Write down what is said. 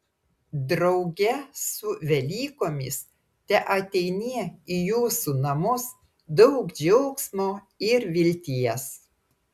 drauge su velykomis teateinie į jūsų namus daug džiaugsmo ir vilties